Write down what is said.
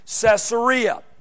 Caesarea